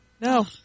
No